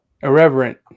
Irreverent